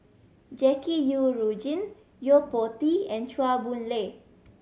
Jackie Yi Ru Ying Yo Po Tee and Chua Boon Lay